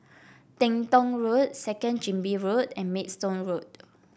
Teng Tong Road Second Chin Bee Road and Maidstone Road